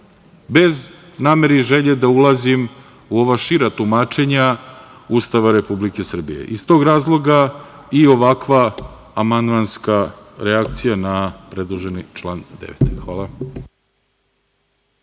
bez namere i želje da ulazim u ova šira tumačenja Ustava Republike Srbije. Iz tog razloga i ovakva amandmanska reakcija na predloženi član 9. Hvala.